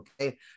okay